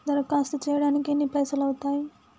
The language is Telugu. దరఖాస్తు చేయడానికి ఎన్ని పైసలు అవుతయీ?